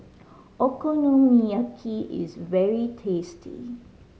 okonomiyaki is very tasty